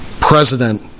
president